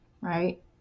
right